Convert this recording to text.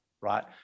right